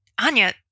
Anya